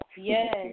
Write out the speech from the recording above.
Yes